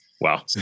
Wow